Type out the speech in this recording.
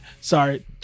sorry